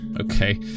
Okay